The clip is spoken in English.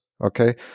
okay